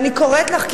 ואני קוראת לך,